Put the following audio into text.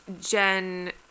jen